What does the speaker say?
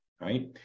right